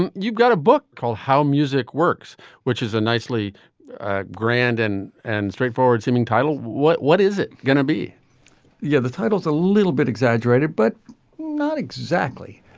and you've got a book called how music works which is a nicely grand and and straightforward seeming title. what what is it gonna be yeah the title's a little bit exaggerated but not exactly.